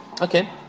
Okay